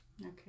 Okay